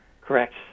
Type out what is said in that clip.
Correct